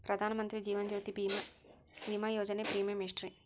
ಪ್ರಧಾನ ಮಂತ್ರಿ ಜೇವನ ಜ್ಯೋತಿ ಭೇಮಾ, ವಿಮಾ ಯೋಜನೆ ಪ್ರೇಮಿಯಂ ಎಷ್ಟ್ರಿ?